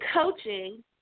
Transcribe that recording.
coaching